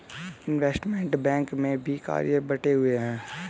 investment bank में भी कार्य बंटे हुए हैं